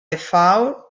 four